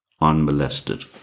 unmolested